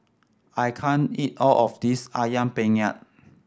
I can't eat all of this Ayam Penyet